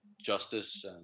justice